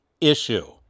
issue